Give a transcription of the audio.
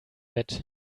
bett